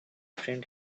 friend